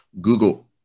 Google